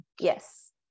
Yes